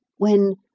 when,